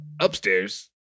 upstairs